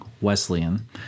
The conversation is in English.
Wesleyan